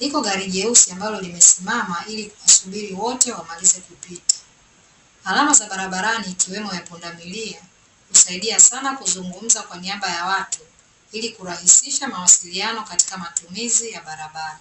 Liko gari jeusi ambalo limesimama, ili kuwasubiri wote wamalize kupita. Alama za barabarani ikiwemo ya pundamilia, husaidia sana kuzungumza kwa niaba ya watu, ili kurahisisha mawasiliano katika matumizi ya barabara.